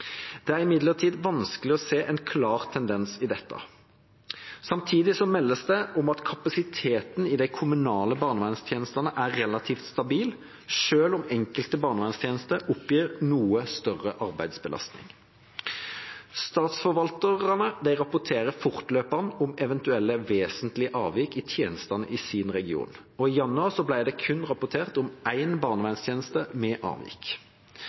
Det er imidlertid vanskelig å se en klar tendens i dette. Samtidig meldes det om at kapasiteten i de kommunale barnevernstjenestene er relativt stabil, selv om enkelte barnevernstjenester oppgir noe større arbeidsbelastning. Statsforvalterne rapporterer fortløpende om eventuelle vesentlige avvik i tjenestene i sin region. I januar ble det kun rapportert om én barnevernstjeneste med avvik.